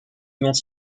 dont